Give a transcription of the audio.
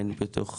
אין ביטוח